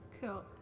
Cool